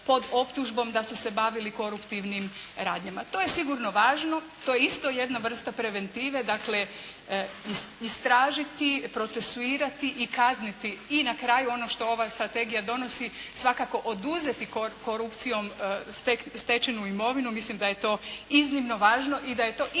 pod optužbom da su se bavili koruptivnim radnjama. To je sigurno važno, to je isto jedna vrsta preventive. Dakle istražiti, procesuirati i kazniti i na kraju ono što ova strategija donosi svakako oduzeti korupcijom stečenu imovinu, mislim da je to iznimno važno i da je to isto